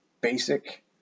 basic